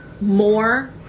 more